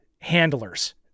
handlers